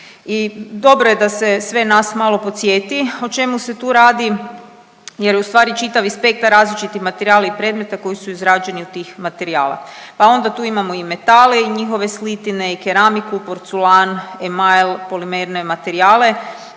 I dobro je da se sve nas malo podsjeti o čemu se tu radi jer je ustvari čitavi spektar različitih materijala i predmeta koji su izrađeni od tih materijala, pa onda tu imamo i metale i njihove slitine i keramiku i porculan, emajl, polimerne materijale,